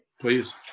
Please